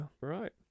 right